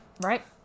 Right